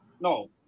No